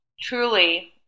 truly